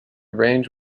range